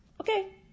Okay